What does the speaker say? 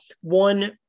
One